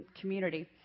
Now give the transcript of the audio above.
community